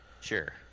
Sure